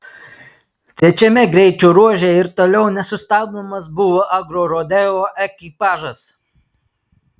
trečiame greičio ruože ir toliau nesustabdomas buvo agrorodeo ekipažas